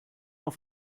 auf